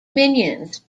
minions